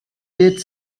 did